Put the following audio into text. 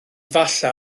falle